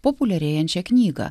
populiarėjančią knygą